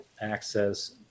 access